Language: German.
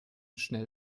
schnell